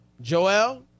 Joel